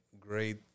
great